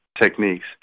techniques